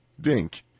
Dink